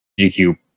GQ